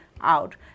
out